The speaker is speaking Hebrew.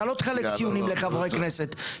אתה לא תחלק ציונים לחברי כנסת.